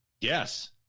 Yes